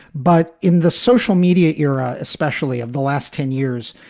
but in the social media era, especially of the last ten years,